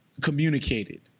communicated